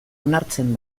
onartzen